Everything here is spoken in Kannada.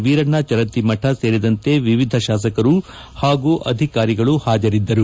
ವೀರಣ್ಣ ಚರಂತಿಮಠ ಸೇರಿದಂತೆ ವಿವಿಧ ಶಾಸಕರು ಹಾಗೂ ಅಧಿಕಾರಿಗಳು ಹಾಜರಿದ್ದರು